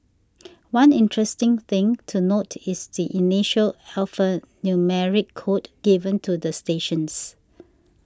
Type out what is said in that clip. one interesting thing to note is the initial alphanumeric code given to the stations